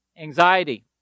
anxiety